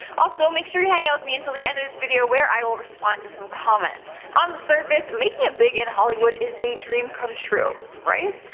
also, make sure you hang out with me until the end of this video where i'll respond to some comments. on the surface, making it big in hollywood is a dream come true right?